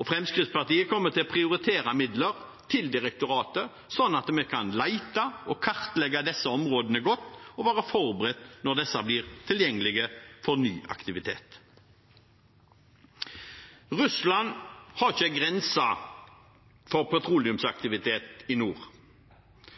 og Fremskrittspartiet kommer til å prioritere midler til direktoratet, slik at vi kan lete og kartlegge disse områdene godt og være forberedt når de blir tilgjengelige for ny aktivitet. Russland har ikke en grense for